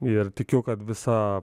ir tikiu kad visa